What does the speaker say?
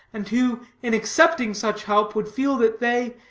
and who, in accepting such help, would feel that they,